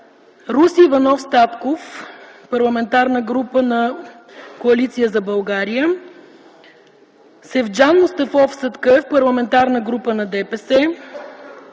Руси Иванов Статков – Парламентарна група на Коалиция за България Севджан Мустафов Съдкъев – Парламентарна група на ДПС